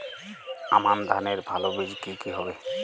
আমান ধানের ভালো বীজ কি কি হবে?